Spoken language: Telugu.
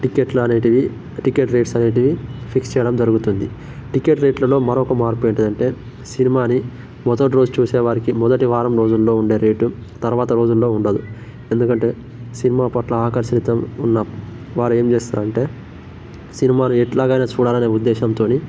టికెట్లు అనేటివి టికెట్ రేట్స్ అనేటివి ఫిక్స్ చేయడం జరుగుతుంది టికెట్ రేట్లలో మరొక మార్పేంటిదంటే సినిమాని మొదటి రోజు చూసేవారికి మొదటి వారం రోజుల్లో ఉండే రేటు తర్వాత రోజుల్లో ఉండదు ఎందుకంటే సినిమా పట్ల ఆకర్షితం ఉన్న వారేం చేస్తారంటే సినిమాని ఎట్లాగయినా చూడాలనే ఉద్దేశ్యంతోని